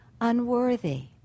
unworthy